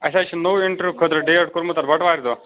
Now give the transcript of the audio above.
اَسہِ حظ چھِ نوٚو اِنٹرویوِ خٲطرٕ ڈیٹ کوٚرمُت بَٹہٕ وارِ دۄہ